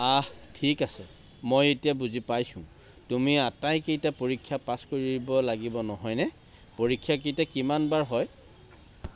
আহ ঠিক আছে মই এতিয়া বুজি পাইছোঁ তুমি আটাইকেইটা পৰীক্ষা পাছ কৰিব লাগিব নহয়নে পৰীক্ষাকেইটা কিমান বাৰ হয়